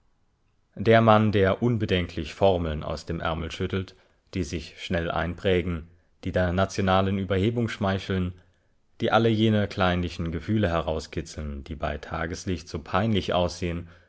der mann der unbedenklich formeln aus dem ärmel schüttelt die sich schnell einprägen die der nationalen überhebung schmeicheln die alle jene kleinlichen gefühle herauskitzeln die bei tageslicht so peinlich aussehen